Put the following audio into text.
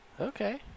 Okay